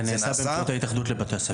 זה נעשה בהתאחדות לבתי ספר.